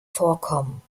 vorkommen